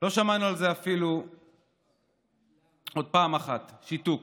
לא שמענו על זה אפילו עוד פעם אחת, שיתוק.